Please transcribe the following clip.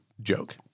joke